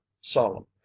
solemn